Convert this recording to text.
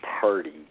party